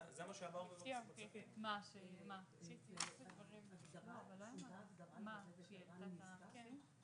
מכיוון שבעצם קבלת החוק בפעם הראשונה,